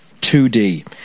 2D